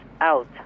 out